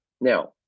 Now